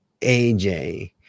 AJ